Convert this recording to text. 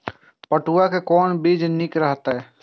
पटुआ के कोन बीज निक रहैत?